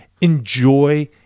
enjoy